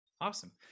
Awesome